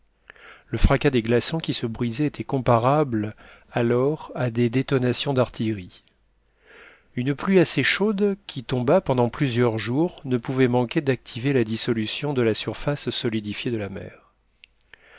le fracas des glaçons qui se brisaient était comparable alors à des détonations d'artillerie une pluie assez chaude qui tomba pendant plusieurs jours ne pouvait manquer d'activer la dissolution de la surface solidifiée de la mer